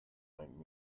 might